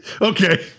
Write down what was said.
Okay